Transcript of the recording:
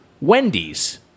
Wendy's